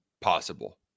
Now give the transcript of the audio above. possible